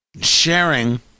sharing